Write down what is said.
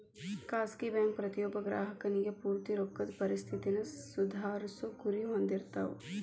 ಖಾಸಗಿ ಬ್ಯಾಂಕ್ ಪ್ರತಿಯೊಬ್ಬ ಗ್ರಾಹಕನಿಗಿ ಪೂರ್ತಿ ರೊಕ್ಕದ್ ಪರಿಸ್ಥಿತಿನ ಸುಧಾರ್ಸೊ ಗುರಿ ಹೊಂದಿರ್ತಾವ